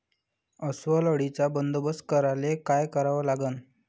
अस्वल अळीचा बंदोबस्त करायले काय करावे लागन?